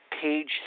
page